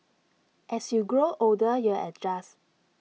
as you grow older you adjust